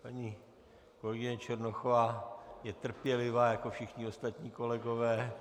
Paní kolegyně Černochová je trpělivá jako všichni ostatní kolegové.